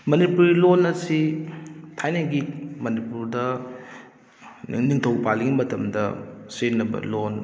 ꯃꯅꯤꯄꯨꯔꯤ ꯂꯣꯟ ꯑꯁꯤ ꯊꯥꯏꯅꯒꯤ ꯃꯅꯤꯄꯨꯔꯗ ꯅꯤꯡꯊꯧ ꯄꯥꯜꯂꯤꯉꯩ ꯃꯇꯝꯗ ꯁꯤꯖꯤꯟꯅꯕ ꯂꯣꯟ